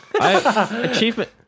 Achievement